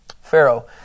Pharaoh